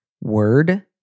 word